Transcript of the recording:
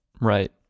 Right